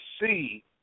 see